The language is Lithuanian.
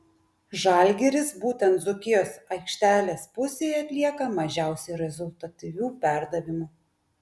žalgiris būtent dzūkijos aikštelės pusėje atlieka mažiausiai rezultatyvių perdavimų